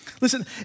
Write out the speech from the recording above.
Listen